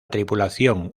tripulación